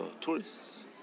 tourists